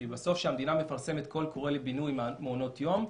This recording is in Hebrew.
בסוף כשהמדינה מפרסמת קול קורא לבינוי מעונות יום,